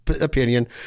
opinion